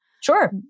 Sure